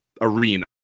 arena